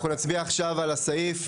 אנחנו נצביע עכשיו על הסעיף.